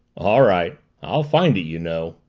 all right i'll find it, you know.